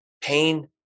Pain